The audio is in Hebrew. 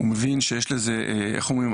הוא מבין שיש לזה השלכות.